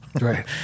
Right